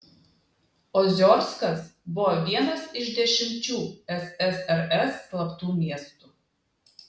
oziorskas buvo vienas iš dešimčių ssrs slaptų miestų